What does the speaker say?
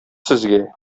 сезгә